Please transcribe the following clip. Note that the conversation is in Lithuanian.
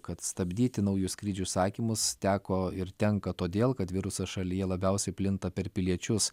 kad stabdyti naujus skrydžių užsakymus teko ir tenka todėl kad virusas šalyje labiausiai plinta per piliečius